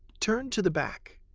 turn to the back.